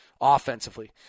offensively